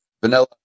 vanilla